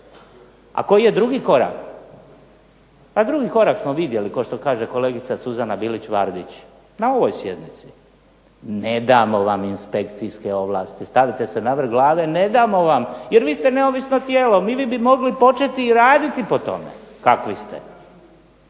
A koji je drugi korak? Drugi korak smo vidjeli kao što kaže kolegica Suzana Bilić-Vardić. Na ovoj sjednici. Ne damo vam inspekcijske ovlasti, stavite se na vrh glave, ne damo vam jer vi ste neovisno tijelo. Vi bi mogli početi i raditi po tome kakvi ste.